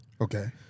okay